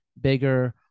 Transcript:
bigger